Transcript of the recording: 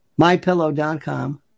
mypillow.com